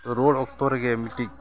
ᱨᱩᱣᱟᱹᱲ ᱚᱠᱛᱚ ᱨᱮᱜᱮ ᱢᱤᱫᱴᱤᱡ